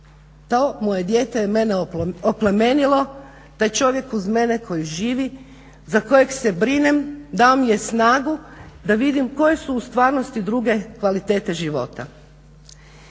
moje dijete je mene oplemenilo, taj čovjek uz mene koji živi, za kojeg se brinem dao mi je snagu da vidim koje su u stvarnosti druge kvalitete života.